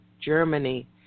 Germany